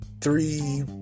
three